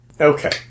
Okay